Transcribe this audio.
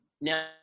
Now